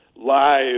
Live